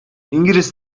i̇ngiliz